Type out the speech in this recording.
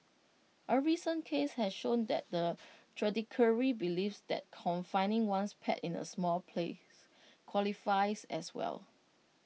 A recent case has shown that the judiciary believes that confining one's pet in A small place qualifies as well